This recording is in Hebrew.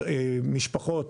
משפחות,